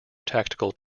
tactical